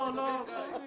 לא, לא.